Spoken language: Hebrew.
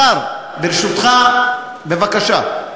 השר, ברשותך, בבקשה.